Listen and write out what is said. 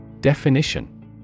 Definition